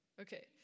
Okay